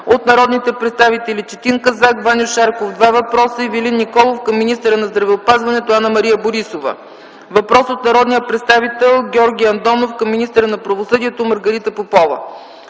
от народните представители Четин Казак, Ваньо Шарков – два въпроса, и от Ивелин Николов към министъра на здравеопазването Анна-Мария Борисова. Въпрос от народния представител Георги Андонов към министъра на правосъдието Маргарита Попова.